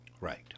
right